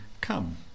come